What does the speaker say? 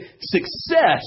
success